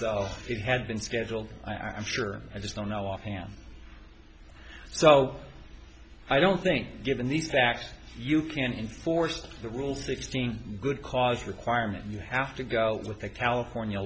it had been scheduled i'm sure i just don't know offhand so i don't think given the fact you can't enforce the rule sixteen good cause requirement you have to go with the california